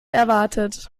erwartet